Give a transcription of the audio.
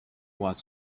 was